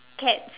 cats